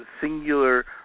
singular